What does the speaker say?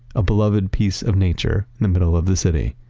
a beloved piece of nature in the middle of the city.